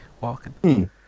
walking